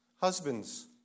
Husbands